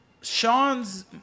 Sean's